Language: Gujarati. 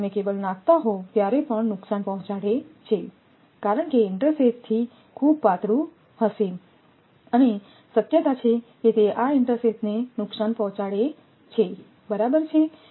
જ્યારે તમે કેબલ નાખતા હો ત્યારે પણ નુકસાન પહોંચાડે છે કારણ કે ઇન્ટરસેથીથ ખૂબ પાતળું હશે અને શક્યતા છે કે તે આ ઇન્ટરસેથ ને નુકસાન પહોંચાડે છે બરાબર છે